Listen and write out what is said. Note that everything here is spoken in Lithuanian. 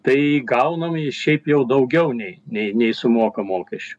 tai gauname jį šiaip jau daugiau nei nei sumoka mokesčių